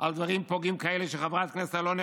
על דברים פוגעים כאלה של חברת הכנסת אלוני,